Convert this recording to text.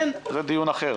זה דיון אחר.